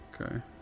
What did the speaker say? Okay